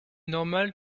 normal